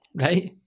Right